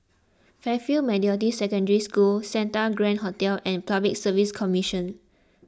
Fairfield Methodist Secondary School Santa Grand Hotel and Public Service Commission